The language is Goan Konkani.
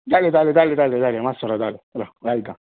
जालें जालें जालें जालें मात्सो राव जालें राव घालतां